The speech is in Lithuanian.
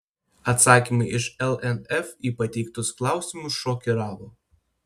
atsakymai iš lnf į pateiktus klausimus šokiravo